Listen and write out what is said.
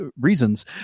reasons